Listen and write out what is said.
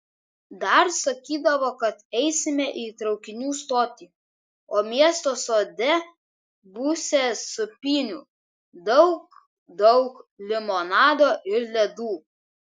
dar sakydavo kad eisime į traukinių stotį o miesto sode būsią sūpynių daug daug limonado ir ledų